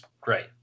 great